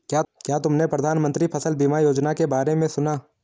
क्या तुमने प्रधानमंत्री फसल बीमा योजना के बारे में सुना?